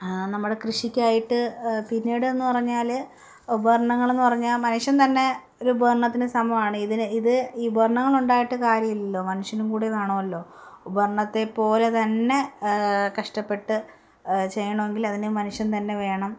നമ്മുടെ കൃഷിക്കായിട്ട് പിന്നീടെന്ന് പറഞ്ഞാൽ ഉപകരണങ്ങൾ എന്ന് പറഞ്ഞാൽ മനുഷ്യൻ തന്നെ ഒരു ഉപകരണത്തിന് സമമാണ് ഇതിന് ഇത് ഈ ഉപകരണങ്ങളുണ്ടായിട്ട് കാര്യമില്ലല്ലോ മനുഷ്യനും കൂടെ വേണമല്ലോ ഉപകരണത്തെ പോലെ തന്നെ കഷ്ടപ്പെട്ട് ചെയ്യണമെങ്കിൽ അതിന് മനുഷ്യൻ തന്നെ വേണം